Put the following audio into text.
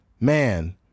man